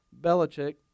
Belichick